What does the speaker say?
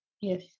Yes